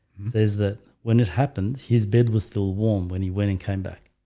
there's that when it happened his bed was still warm when he went in came back.